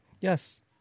Yes